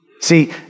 See